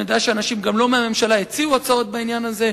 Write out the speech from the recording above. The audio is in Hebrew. אני יודע שאנשים גם לא מהממשלה הציעו הצעות בעניין הזה.